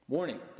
Warning